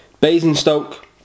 Basingstoke